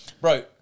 Bro